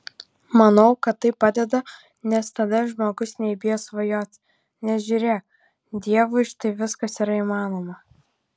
manau kad tai padeda nes tada žmogus nebijo svajoti nes žiūrėk dievui štai viskas yra įmanoma